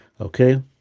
Okay